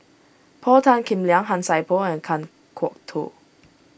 Paul Tan Kim Liang Han Sai Por and Kan Kwok Toh